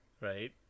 right